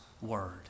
word